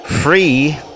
free